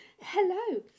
Hello